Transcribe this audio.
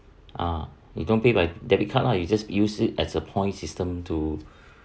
ah you don't pay by debit card lah you just use it as a point system to